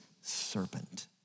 serpent